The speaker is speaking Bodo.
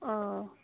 औ